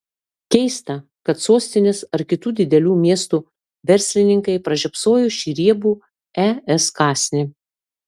keista kad sostinės ar kitų didelių miestų verslininkai pražiopsojo šį riebų es kąsnį